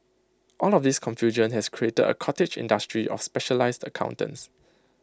all of this confusion has created A cottage industry of specialised accountants